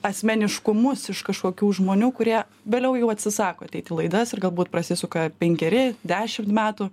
asmeniškumus iš kažkokių žmonių kurie vėliau jau atsisako ateit į laidas ir galbūt prasisuka penkeri dešimt metų